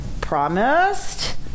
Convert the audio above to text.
promised